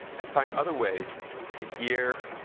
and find other ways to hear,